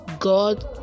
god